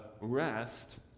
rest